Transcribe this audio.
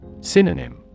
Synonym